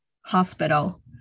hospital